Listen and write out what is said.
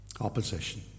Opposition